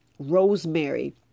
rosemary